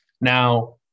Now